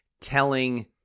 telling